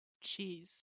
cheese